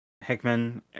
Hickman